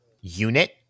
unit